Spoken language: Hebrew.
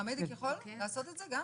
פרמדיק יכול לעשות את זה גם?